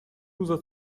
روزا